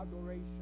adoration